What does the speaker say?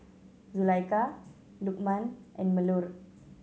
Zulaikha Lukman and Melur